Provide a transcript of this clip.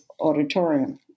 auditorium